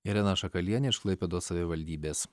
irena šakalienė iš klaipėdos savivaldybės